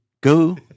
Go